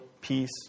Peace